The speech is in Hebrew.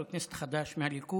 חבר כנסת חדש מהליכוד,